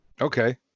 okay